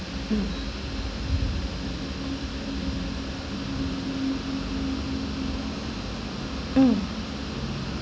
mm mm